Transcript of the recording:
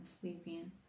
sleeping